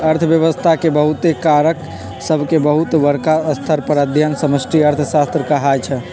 अर्थव्यवस्था के बहुते कारक सभके बहुत बरका स्तर पर अध्ययन समष्टि अर्थशास्त्र कहाइ छै